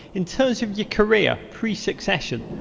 in terms of your career, pre succession,